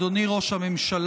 אדוני ראש הממשלה,